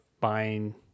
buying